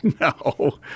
No